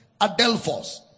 Adelphos